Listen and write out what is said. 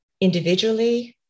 individually